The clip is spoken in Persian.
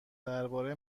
درباره